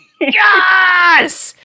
Yes